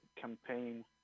campaign